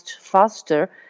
faster